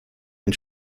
ein